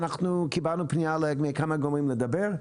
אנחנו קיבלנו פנייה מכמה גורמים לדבר.